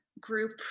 group